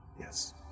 Yes